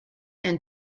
and